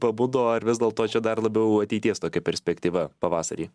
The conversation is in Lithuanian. pabudo ar vis dėlto čia dar labiau ateities tokia perspektyva pavasarį